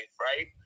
right